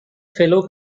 fellow